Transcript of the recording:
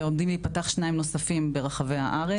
ועומדים להיפתח שניים נוספים ברחבי הארץ.